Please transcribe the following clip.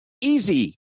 easy